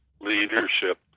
leadership